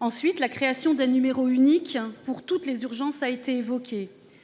Ensuite, la création d'un numéro unique pour toutes les urgences a été évoquée.